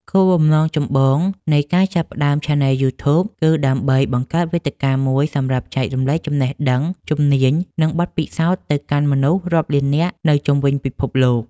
គោលបំណងចម្បងនៃការចាប់ផ្តើមឆានែលយូធូប គឺដើម្បីបង្កើតវេទិកាមួយសម្រាប់ចែករំលែកចំណេះដឹង ជំនាញ និងបទពិសោធន៍ទៅកាន់មនុស្សរាប់លាននាក់នៅជុំវិញពិភពលោក។